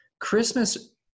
Christmas